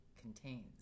contains